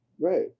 Right